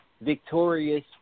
victorious